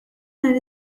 nhar